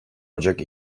ocak